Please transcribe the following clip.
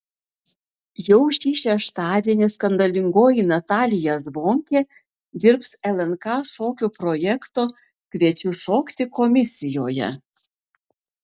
jau šį šeštadienį skandalingoji natalija zvonkė dirbs lnk šokių projekto kviečiu šokti komisijoje